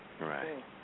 Right